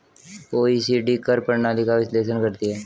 OECD कर प्रणाली का विश्लेषण करती हैं